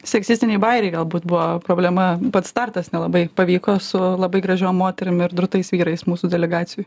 seksistiniai bajeriai galbūt buvo problema pats startas nelabai pavyko su labai gražiom moterim ir drūtais vyrais mūsų delegacijoj